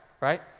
right